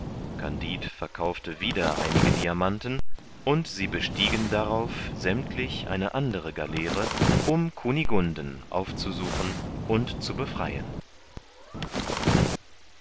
kandid verkaufte wieder einige diamanten und sie bestiegen darauf sämmtlich eine andere galeere um kunigunden aufzusuchen und zu befreien